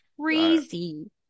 crazy